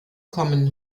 kommen